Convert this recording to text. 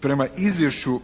Prema izvješću